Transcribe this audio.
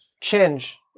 change